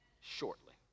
shortly